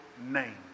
name